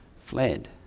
fled